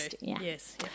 Yes